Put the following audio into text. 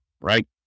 Right